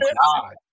god